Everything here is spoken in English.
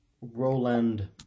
Roland